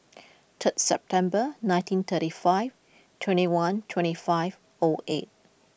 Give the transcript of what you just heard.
third September nineteen thirty five twenty one twenty five O eight